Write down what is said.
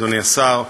אדוני השר,